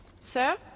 Sir